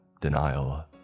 denial